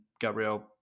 Gabriel